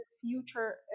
future